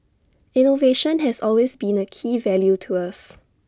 innovation has always been A key value to us